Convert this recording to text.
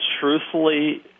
truthfully